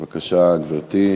בבקשה, גברתי.